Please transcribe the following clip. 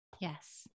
Yes